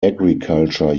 agriculture